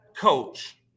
coach